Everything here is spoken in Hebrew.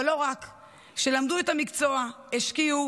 אבל לא רק משם, שלמדו את המקצוע, השקיעו